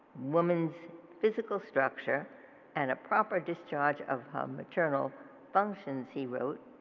women's physical structure and a proper discharge of her maternal functions, he wrote,